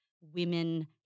women